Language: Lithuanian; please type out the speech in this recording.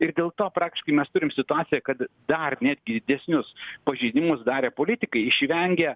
ir dėl to praktiškai mes turim situaciją kad dar netgi didesnius pažeidimus darę politikai išvengia